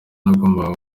nagombaga